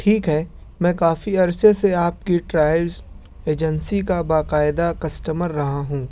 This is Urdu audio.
ٹھیک ہے میں کافی عرصے سے آپ کی ٹرائلس ایجنسی کا باقاعدہ کسٹمر رہا ہوں